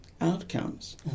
outcomes